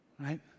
right